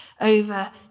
over